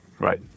Right